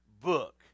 book